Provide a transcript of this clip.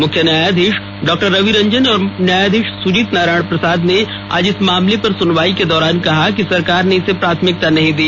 मुख्य न्यायधीश डॉ रवि रंजन और न्यायधीश सुजीत नारायण प्रसाद ने आज इस मामले पर ॅसुनवाई के दौरान कहा कि सरकार ने इसे प्राथमिकता नहीं दी